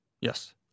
Yes